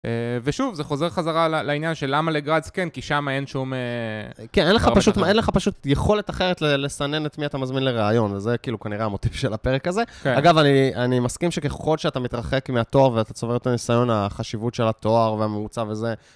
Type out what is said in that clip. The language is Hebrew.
ושוב, זה חוזר חזרה לעניין של למה לגראדס כן, כי שם אין שום... כן, אין לך פשוט אין לך פשוט יכולת אחרת לסנן את מי אתה מזמין לראיון, וזה כאילו כנראה המוטיב של הפרק הזה. אגב, אני מסכים שככל שאתה מתרחק מהתואר ואתה צובר את הניסיון, החשיבות של התואר והממוצע זה,